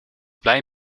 blij